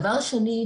דבר שני,